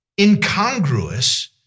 incongruous